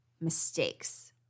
mistakes